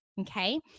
okay